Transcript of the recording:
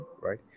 right